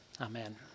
amen